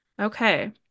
Okay